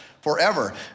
forever